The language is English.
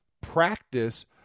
practice